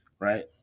right